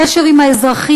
הקשר עם האזרחים,